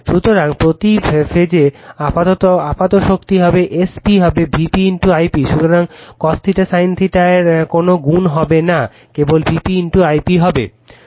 সুতরাং প্রতি ফেজে আপাত শক্তি হবে S p হবে Vp I p সুতরাং cos θ sin θ এর কোন গুণ হবে না কেবল Vp I p হবে